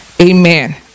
Amen